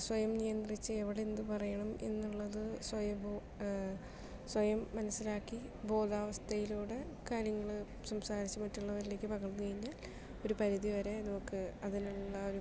സ്വയം നിയന്ത്രിച്ച് എവിടെ എന്തു പറയണം എന്നുള്ളത് സ്വയം ബോ സ്വയം മനസ്സിലാക്കി ബോധാവസ്ഥയിലൂടെ കാര്യങ്ങൾ സംസാരിച്ച് മറ്റ് ഉള്ളവരിലേക്ക് പകർന്നു കഴിഞ്ഞാൽ ഒരു പരിധിവരെ നമുക്ക് അതിൽ ഉള്ള ഒരു